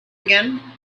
again